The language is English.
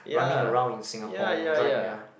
running around in Singapore dri~ ya